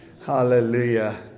hallelujah